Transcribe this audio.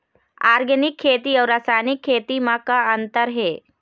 Organic खेती अउ रासायनिक खेती म का अंतर हे?